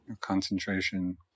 concentration